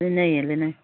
ꯂꯤꯠꯅꯩꯌꯦ ꯂꯤꯠꯅꯩ